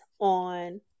on